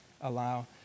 allow